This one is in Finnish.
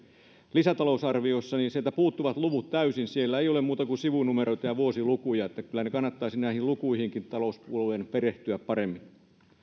lisätalousarviossa puuttuvat luvut täysin siellä ei ole muuta kuin sivunumeroita ja vuosilukuja niin että kyllä talouspuolueen kannattaisi näihin lukuihinkin perehtyä paremmin